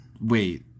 wait